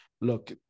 look